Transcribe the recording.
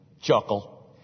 chuckle